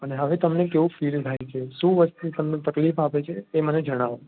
અને હવે તમને કેવું ફિલ થાય છે શું વસ્તુ તમને તકલીફ આપે છે તે મને જણાવો